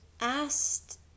asked